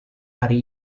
hari